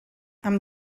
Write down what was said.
amb